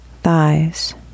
thighs